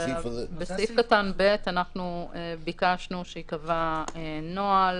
אבל אני ממליץ שיהיה נציג נוכח בחמ"ל